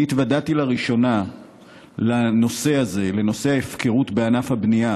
אני התוודעתי לראשונה לנושא ההפקרות בענף הבנייה